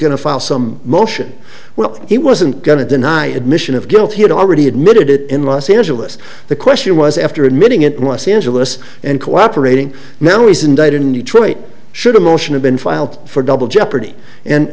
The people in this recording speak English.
going to file some motion well he wasn't going to deny admission of guilt he had already admitted it in los angeles the question was after admitting it was the angelus and cooperating now he's indicted in detroit should a motion have been filed for double jeopardy and